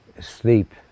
sleep